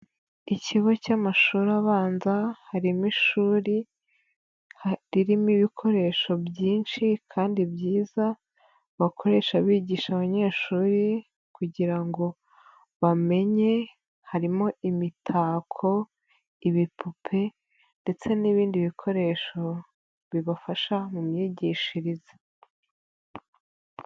Ikigo cy'amashuri abanza, harimo ishuri ririmo ibikoresho byinshi kandi byiza, bakoresha bigisha abanyeshuri kugira ngo bamenye, harimo imitako, ibipupe ndetse n'ibindi bikoresho bibafasha mu myigishirize.